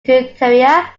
interior